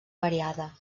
variada